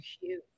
huge